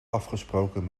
afgesproken